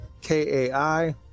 K-A-I